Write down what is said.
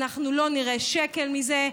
אנחנו לא נראה שקל מזה.